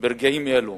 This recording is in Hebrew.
ברגעים אלו,